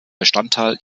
bestandteil